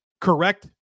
correct